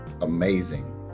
amazing